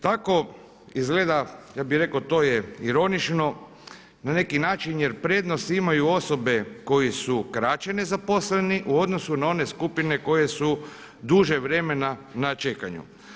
Tako izgleda ja bih rekao to je ironično na neki način, jer prednost imaju osobe koji su kraće nezaposleni u odnosu na one skupine koje su duže vremena na čekanju.